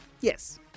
Yes